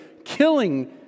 killing